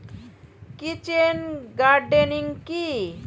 Kitchen gardening কি?